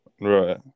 Right